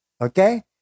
Okay